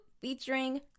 featuring